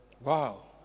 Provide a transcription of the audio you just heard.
Wow